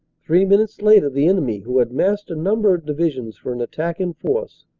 three minutes later the enemy, who had massed a number of divisions for an attack in force,